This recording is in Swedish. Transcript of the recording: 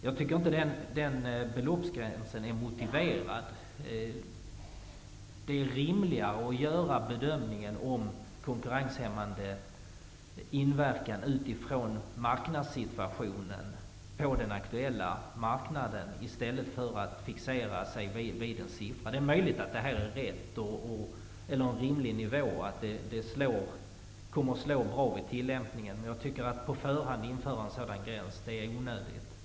Jag tycker inte att beloppsgränsen här är motiverad. Det är rimligare att göra en bedömning av den konkurrenshämmande inverkan utifrån situationen på den aktuella marknaden i stället för att fixera sig vid en siffra. Men det är möjligt att nivån här är rimlig, att detta kommer att falla väl ut vid tillämpningen. Men att på förhand införa en sådan gräns är onödigt.